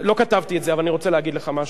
לא כתבתי את זה, אבל אני רוצה להגיד לך משהו.